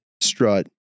strut